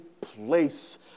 place